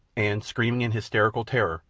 and, screaming in hysterical terror,